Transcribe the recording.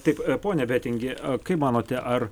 taip pone betingi kaip manote ar